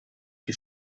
che